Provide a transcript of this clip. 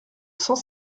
cent